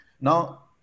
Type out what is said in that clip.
Now